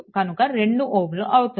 కనుక 2Ω అవుతుంది